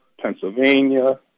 Pennsylvania